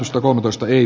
äänestin ei